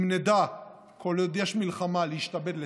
אם נדע כל עוד יש מלחמה להשתעבד לצרכיה,